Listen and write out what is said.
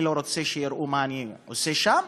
אני לא רוצה שיראו מה אני עושה שם,